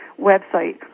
website